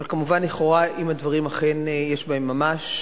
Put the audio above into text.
אבל כמובן לכאורה, אם הדברים אכן יש בהם ממש,